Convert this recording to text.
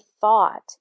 thought